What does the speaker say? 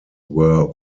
were